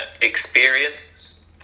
experience